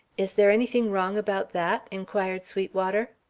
is there anything wrong about that? inquired sweetwater.